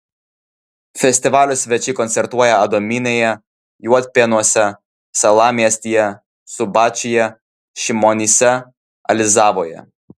festivalio svečiai koncertuoja adomynėje juodpėnuose salamiestyje subačiuje šimonyse alizavoje